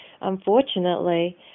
Unfortunately